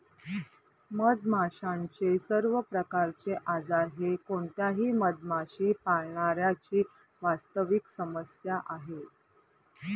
मधमाशांचे सर्व प्रकारचे आजार हे कोणत्याही मधमाशी पाळणाऱ्या ची वास्तविक समस्या आहे